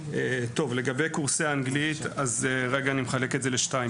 לגבי קורסי אנגלית אני מחלק את זה לשניים.